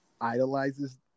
idolizes